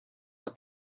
what